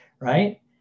right